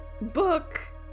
book